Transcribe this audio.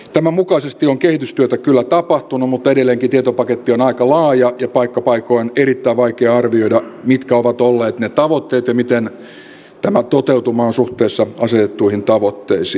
tämän mukaisesti on kehitystyötä kyllä tapahtunut mutta edelleenkin tietopaketti on aika laaja ja paikka paikoin on erittäin vaikea arvioida mitkä ovat olleet ne tavoitteet ja miten tämä toteutuma on suhteessa asetettuihin tavoitteisiin